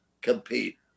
compete